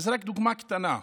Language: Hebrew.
וזאת רק דוגמה קטנה.